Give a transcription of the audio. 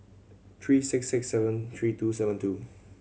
three six six seven three two seven two